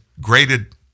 graded